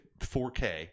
4K